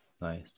nice